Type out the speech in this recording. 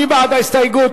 מי בעד ההסתייגות?